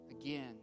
Again